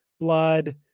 blood